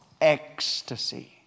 ecstasy